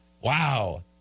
Wow